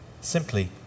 simply